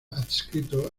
adscrito